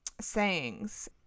sayings